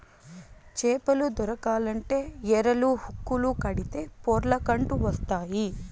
చేపలు దొరకాలంటే ఎరలు, హుక్కులు కడితే పొర్లకంటూ వస్తాయి